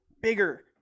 bigger